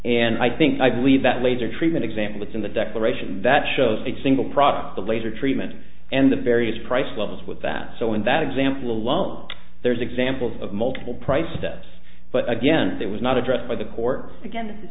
and i think i believe that laser treatment example is in the declaration that shows a single product of laser treatment and the various price levels with that so in that example alone there's examples of multiple price steps but again that was not addressed by the court again